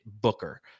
booker